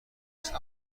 سبک